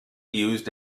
used